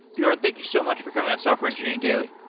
bjorn, thank you so much for coming on software engineering daily.